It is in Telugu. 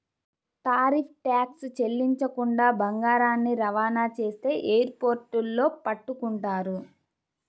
టారిఫ్ ట్యాక్స్ చెల్లించకుండా బంగారాన్ని రవాణా చేస్తే ఎయిర్ పోర్టుల్లో పట్టుకుంటారు